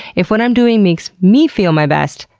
if what i'm doing makes me feel my best,